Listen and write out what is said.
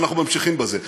ואנחנו ממשיכים בזה,